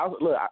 look